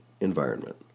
environment